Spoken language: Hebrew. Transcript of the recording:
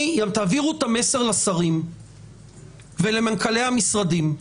תעבירו את המסר לשרים ולמנכ"לי המשרדים.